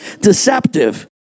deceptive